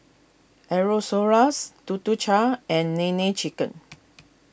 Aerosoles Tuk Tuk Cha and Nene Chicken